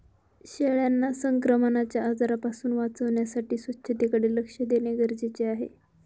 शेळ्यांना संक्रमणाच्या आजारांपासून वाचवण्यासाठी स्वच्छतेकडे लक्ष देणे गरजेचे आहे